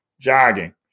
jogging